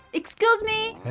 excuse me!